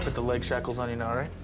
but the leg shackles on you now, alright?